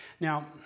Now